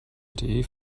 lte